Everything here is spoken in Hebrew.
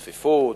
צפיפות,